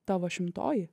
tavo šimtoji